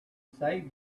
save